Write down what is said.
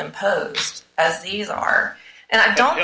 imposed as these are and i don't